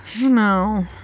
No